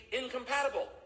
incompatible